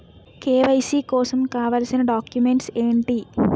KYC కోసం కావాల్సిన documents ఎంటి?